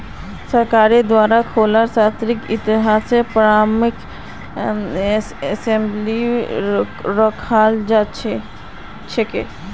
सरकारेर द्वारे लेखा शास्त्रक इतिहासेर प्रमाणक सम्भलई रखाल जा छेक